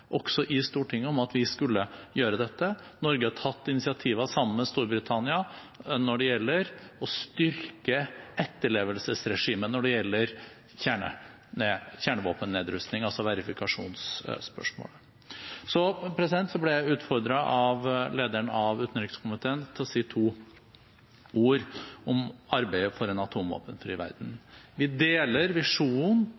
også i Stortinget, om at vi skulle gjøre dette. Norge har også, sammen med Storbritannia, tatt initiativer til å styrke etterlevelsesregimet når det gjelder kjernevåpennedrustning, altså verifikasjonsspørsmålet. Jeg ble også utfordret av lederen av utenrikskomiteen til å si to ord om arbeidet for en atomvåpenfri